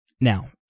Now